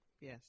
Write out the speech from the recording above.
yes